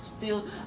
feel